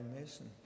Mason